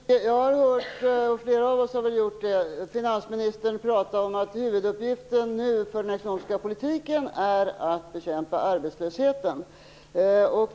Fru talman! Jag har hört - det är fler av oss som gjort det - finansministern tala om att huvuduppgiften för den ekonomiska politiken är att bekämpa arbetslösheten.